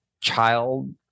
child